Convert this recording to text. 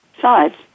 sides